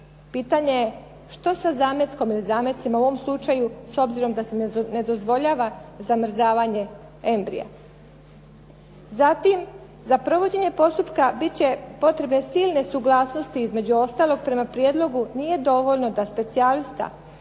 Pitanje je, što sa zametkom ili zamecima u ovom slučaju s obzirom da se ne dozvoljava zamrzavanje embrija? Zatim, za provođenje postupka bit će potrebne silne suglasnoti između ostalog prema prijedlogu nije dovoljno da specijalista